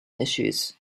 issues